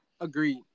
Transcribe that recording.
Agreed